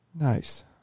Nice